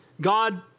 God